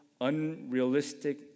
unrealistic